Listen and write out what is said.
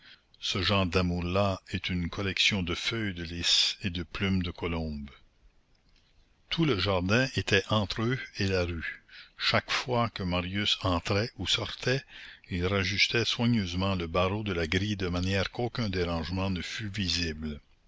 ce genre damours là est une collection de feuilles de lys et de plumes de colombe tout le jardin était entre eux et la rue chaque fois que marius entrait ou sortait il rajustait soigneusement le barreau de la grille de manière qu'aucun dérangement ne fût visible